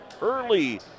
early